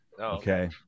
Okay